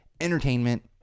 entertainment